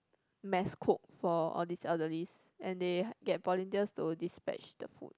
mass cook for all these elderlies and they get volunteers to dispatch the food